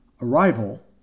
Arrival